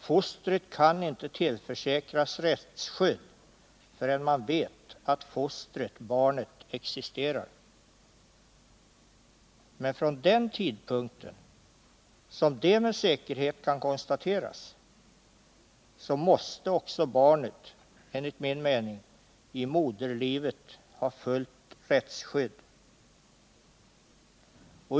Fostret kan inte tillförsäkras rättsskydd förrän man vet att fostret/barnet existerar. Men från den tidpunkt då detta med säkerhet kan konstateras måste också barnet i moderlivet enligt min mening ha fullt rättsskydd.